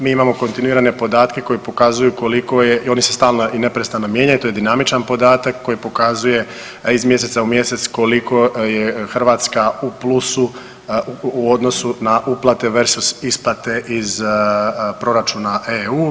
Mi imamo kontinuirane podatke koji pokazuju koliko je i oni se stalno i neprestano mijenjaju to je dinamičan podatak koji pokazuje a iz mjeseca u mjesec koliko je Hrvatska u plusu u odnosu na uplate versus isplate iz proračuna EU.